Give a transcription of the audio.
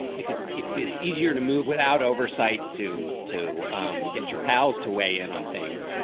if it's if it's easier to move without oversight to to um get your pals to weigh in on things,